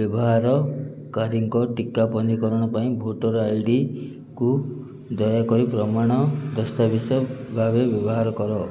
ବ୍ୟବହାରକାରୀଙ୍କ ଟିକା ପଞ୍ଜୀକରଣ ପାଇଁ ଭୋଟର୍ ଆଇଡ଼ିକୁ ଦୟାକରି ପ୍ରମାଣ ଦସ୍ତାବିଜ ଭାବେ ବ୍ୟବହାର କର